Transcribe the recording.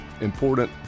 important